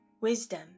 Wisdom